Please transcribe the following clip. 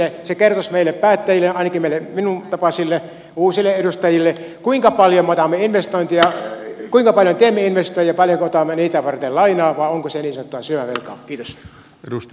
se kertoisi meille päättäjille ainakin meille minun tapaisilleni uusille edustajille kuinka paljon teemme investointeja ja paljonko otamme niitä varten lainaa vai onko se niin sanottua syömävelkaa